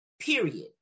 period